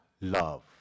love